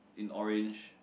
in orange